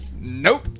Nope